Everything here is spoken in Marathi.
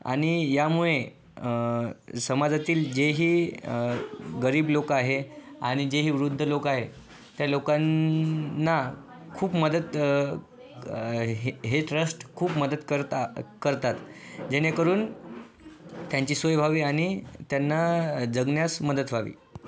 आणि यामुळे समाजातील जेहि गरीब लोक आहे आणि जेहि वृध्द लोक आहेत त्या लोकांना खूप मदत हे ट्रस्ट खूप मदत करतात करतात जेणेकरून त्यांची सोय व्हावी आणि त्यांना जगण्यास मदत व्हावी